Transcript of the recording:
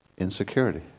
insecurity